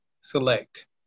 select